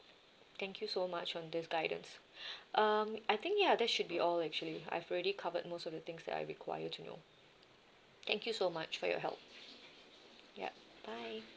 thank you so much on this guidance um I think ya that should be all actually I've already covered most of the things that I require to know thank you so much for your help ya bye